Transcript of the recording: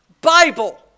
Bible